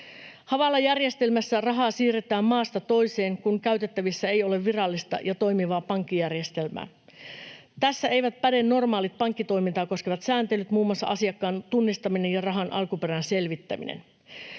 Hawala-järjestelmässä rahaa siirretään maasta toiseen, kun käytettävissä ei ole virallista ja toimivaa pankkijärjestelmää. Tässä eivät päde normaalit pankkitoimintaa koskevat sääntelyt, muun muassa asiakkaan tunnistaminen ja rahan alkuperän selvittäminen.